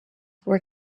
were